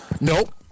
nope